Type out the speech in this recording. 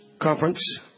conference